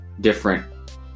different